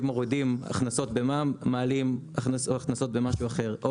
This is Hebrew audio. מורידים הכנסות במע"מ מעלים הכנסות במשהו אחר.